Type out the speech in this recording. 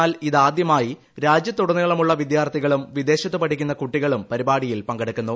എന്നാൽ ഇതാദ്യമായി രാജ്യത്തുടനീളമുള്ള വിദ്യാർത്ഥികളും വിദേശത്ത് പഠിക്കുന്ന കുട്ടികളും പരിപാടിയിൽ പങ്കെടുക്കുന്നു